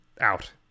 out